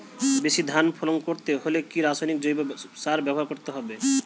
বেশি ধান ফলন করতে হলে কি রাসায়নিক জৈব সার ব্যবহার করতে হবে?